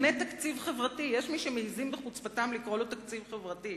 יש מי שמעזים בחוצפתם לקרוא לו תקציב חברתי.